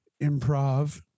improv